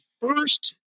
first